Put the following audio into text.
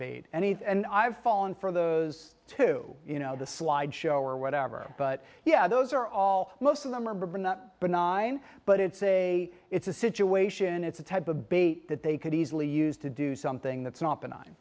bait and he's and i've fallen for those too you know the slide show or whatever but yeah those are all most of them are been a benign but it's a it's a situation it's a type a bait that they could easily used to do something that's not